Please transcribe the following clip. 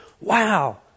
wow